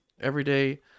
everyday